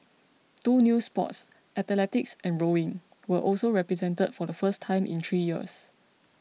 two new sports athletics and rowing were also represented for the first time in three years